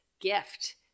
gift